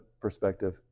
perspective